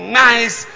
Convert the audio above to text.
nice